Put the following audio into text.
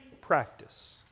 practice